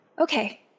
Okay